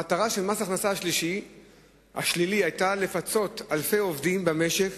המטרה של מס ההכנסה השלילי היתה לפצות אלפי עובדים במשק